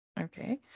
Okay